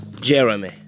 Jeremy